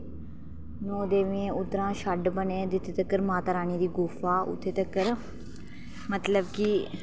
नौ देवियें उद्धरा शैड बने दे जित्थें तगर माता रानी दी गुफा उद्धर तगर मतलब कि